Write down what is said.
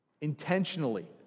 intentionally